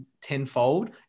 tenfold